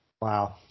wow